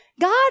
God